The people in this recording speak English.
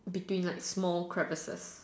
between like small crevasses